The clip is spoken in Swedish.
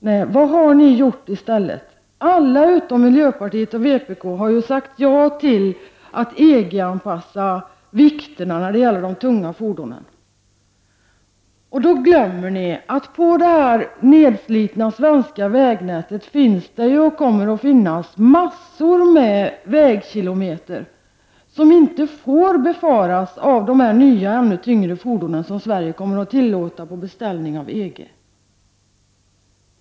Men vad har ni i stället gjort? Alla, utom miljöpartiet och vpk, har sagt ja till att EG-anpassa vikterna när det gäller de tunga fordonen. Då glömmer ni att på det nedslitna svenska vägnätet finns det — och kommer att finnas — massor av vägkilometer som inte får befaras av de nya tunga fordonen som Sverige på beställning av EG kommer att tillåta.